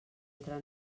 entre